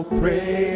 pray